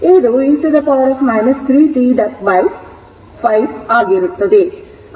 ಆದ್ದರಿಂದ ಇದು e 3 t5 ಆಗಿರುತ್ತದೆ